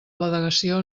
delegació